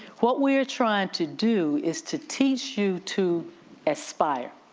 what we are trying to do is to teach you to aspire.